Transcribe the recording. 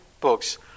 books